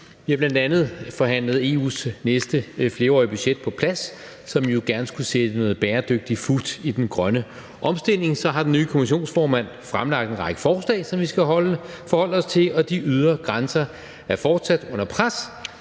Vi har bl.a. forhandlet EU's næste flerårige budget på plads, som jo gerne skulle sætte noget bæredygtigt fut i den grønne omstilling; så har den nye kommissionsformand fremlagt en række forslag, som vi skal forholde os til; de ydre grænser er fortsat under pres;